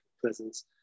presence